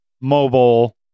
mobile